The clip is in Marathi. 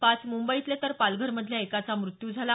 पाच मुंबईतले तर पालघरमधल्या एकाचा मृत्यू झाला